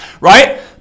right